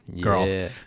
girl